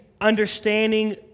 understanding